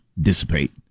dissipate